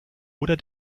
oder